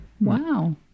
Wow